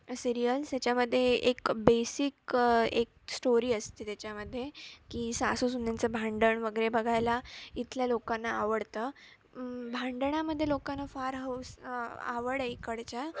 serials याच्यामध्ये एक basic एक स्टोरी असते त्याच्यामध्ये की सासूसुनेंचं भांडण वगैरे बघायला इथल्या लोकांना आवडतं भांडणामध्ये लोकांना फार हाैस आवड आहे इकडच्या